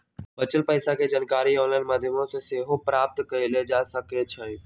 बच्चल पइसा के जानकारी ऑनलाइन माध्यमों से सेहो प्राप्त कएल जा सकैछइ